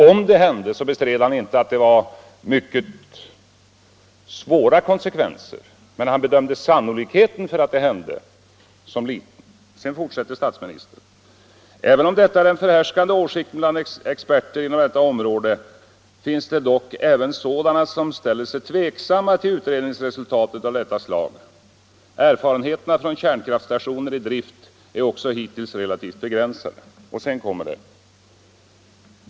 Om ett reaktorhaveri skulle inträffa bestred han inte att det skulle bli mycket svåra konsekvenser, men han bedömde sannolikheten för ett haveri som liten. I sitt anförande i Sundsvall säger statsministern vidare: ”Även om detta är den förhärskande åsikten bland experter inom detta område, finns dock även sådana som ställer sig tveksamma till utredningsresultat av detta slag. Erfarenheterna från kärnkraftstationer i drift är också hittills relativt begränsade.